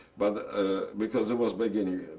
but ah because it was beginning.